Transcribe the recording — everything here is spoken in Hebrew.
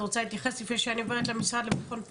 את רוצה להתייחס לפני שאני עוברת למשרד לביטחון פנים?